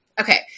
Okay